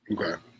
Okay